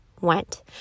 went